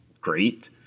great